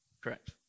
Correct